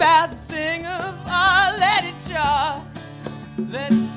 bad thing then